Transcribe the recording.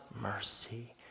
mercy